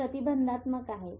ते प्रतिबंधात्मक आहे